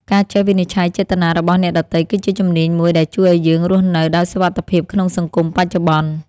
ការចេះវិនិច្ឆ័យចេតនារបស់អ្នកដទៃគឺជាជំនាញមួយដែលជួយឱ្យយើងរស់នៅដោយសុវត្ថិភាពក្នុងសង្គមបច្ចុប្បន្ន។